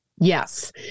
Yes